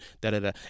da-da-da